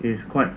is quite